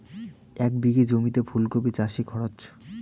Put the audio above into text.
এক বিঘে জমিতে ফুলকপি চাষে খরচ?